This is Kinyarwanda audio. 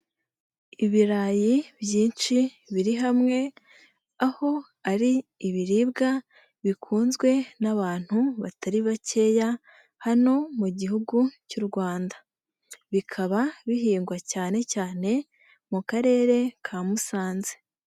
Ibirayi byinshi biri hamwe, aho ari ibiribwa bikunzwe n'abantu batari bakeya hano mu gihugu cy'u Rwanda, bikaba bihingwa cyane cyane mu Karere ka Musanze.